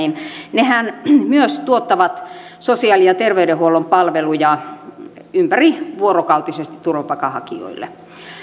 nehän myös tuottavat sosiaali ja terveydenhuollon palveluja ympärivuorokautisesti turvapaikanhakijoille